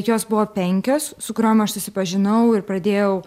jos buvo penkios su kuriom aš susipažinau ir pradėjau